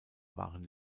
waren